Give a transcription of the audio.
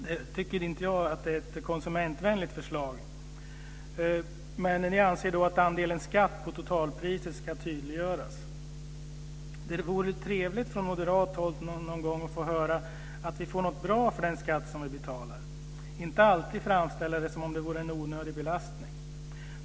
Jag tycker inte att det är ett konsumentvänligt förslag. Ni anser att andelen skatt av totalpriset ska tydliggöras. Det vore trevligt att från moderat håll någon gång få höra att vi får något bra för de skatter som vi betalar, att ni inte alltid framställer det som att de vore en onödig belastning.